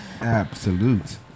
Absolute